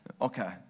okay